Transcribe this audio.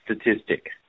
statistic